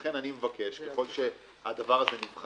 לכן אני מבקש, ככל שהדבר הזה נבחן,